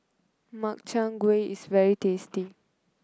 Makchang Gui is very tasty